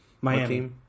Miami